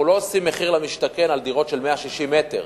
אנחנו לא עושים מחיר למשתכן על דירות של 160 מטר,